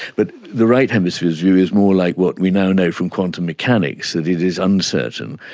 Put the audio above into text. but the right hemisphere's view is more like what we now know from quantum mechanics, that it is uncertain,